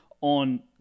on